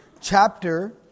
chapter